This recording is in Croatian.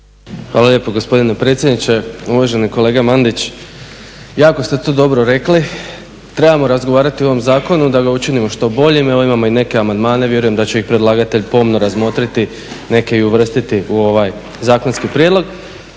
Hvala lijepo gospodine predsjedniče. Uvaženi kolega Mandić, jako ste to dobro rekli. trebamo razgovarati o ovom zakonu da ga učinimo što boljim, evo imamo i neke amandmane i vjerujem da će ih predlagatelj pomno razmotriti, neke i uvrstiti u ovaj zakonski prijedlog.